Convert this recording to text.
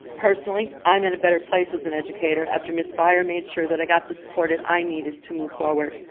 personally, i am in a better place as an educator after ms. byer made sure that i got the supported i needed to move forward.